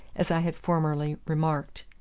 as i had formerly remarked.